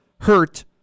hurt